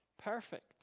perfect